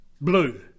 blue